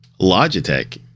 Logitech